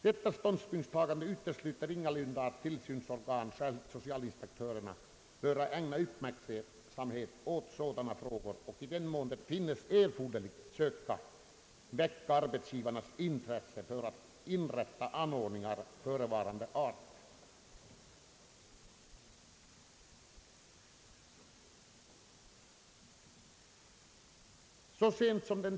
Detta ståndspunktstagande utesluter ingalunda att tillsynsorganen, särskilt socialinspektörerna, böra ägna uppmärksamhet åt sådana frågor och i den mån det finnes erforderligt söka väcka arbetsgivarnas intresse för att inrätta anordningar av förevarande art.».